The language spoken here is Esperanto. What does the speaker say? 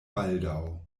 baldaŭ